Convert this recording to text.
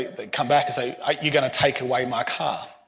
they come back and say, are you going to take away my car?